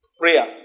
prayer